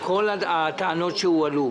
כל הטענות שהועלו,